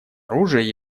оружия